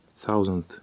thousand